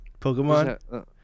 Pokemon